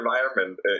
environment